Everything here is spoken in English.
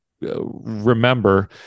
remember